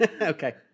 Okay